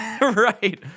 right